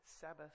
Sabbath